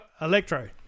Electro